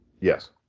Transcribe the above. Yes